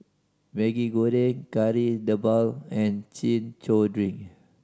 Maggi Goreng Kari Debal and Chin Chow drink